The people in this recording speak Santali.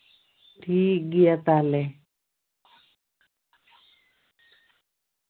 ᱴᱷᱤᱠ ᱜᱮᱭᱟ ᱛᱟᱦᱞᱮ